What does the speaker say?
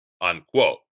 unquote